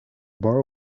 bar